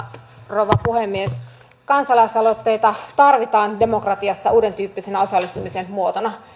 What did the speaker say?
rouva puhemies kansalaisaloitteita tarvitaan demokratiassa uudentyyppisen osallistumisen muotona